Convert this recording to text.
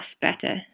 better